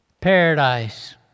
paradise